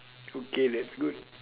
okay that's good